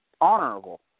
honorable